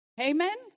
Amen